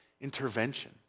intervention